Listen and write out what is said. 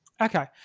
Okay